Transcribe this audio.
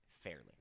fairly